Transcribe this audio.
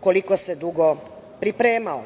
koliko se dugo pripremao?